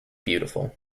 beautiful